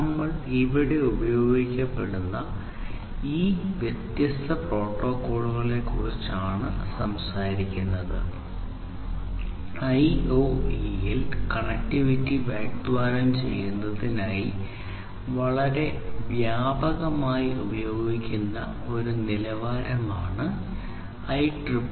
നമ്മൾ ഇവിടെ ഉപയോഗിക്കപ്പെടുന്ന ഈ വ്യത്യസ്ത പ്രോട്ടോക്കോളുകളെക്കുറിച്ചാണ് സംസാരിക്കുന്നത് IoE ൽ കണക്റ്റിവിറ്റി വാഗ്ദാനം ചെയ്യുന്നതിനായി വളരെ വ്യാപകമായി ഉപയോഗിക്കുന്ന ഒരു നിലവാരമാണ് IEEE 802